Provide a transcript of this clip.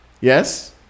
yes